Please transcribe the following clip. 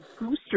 booster